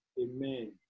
Amen